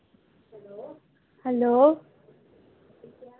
hello